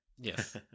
Yes